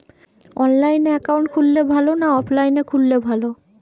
অনলাইনে একাউন্ট খুললে ভালো না অফলাইনে খুললে ভালো?